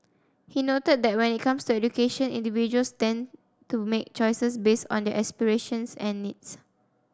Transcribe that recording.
he noted that when it comes to education individuals tend to make choices based on their aspirations and needs